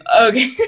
Okay